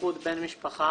בזכות בן משפחה.